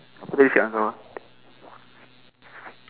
apa dia cakap dengan kau